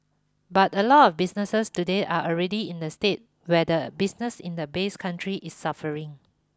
but a lot of businesses today are already in a state where the business in the base country is suffering